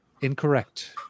Incorrect